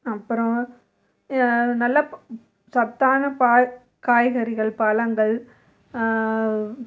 அப்புறம் நல்ல சத்தான பால் காய்கறிகள் பழங்கள்